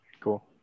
Cool